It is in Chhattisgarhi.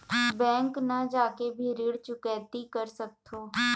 बैंक न जाके भी ऋण चुकैती कर सकथों?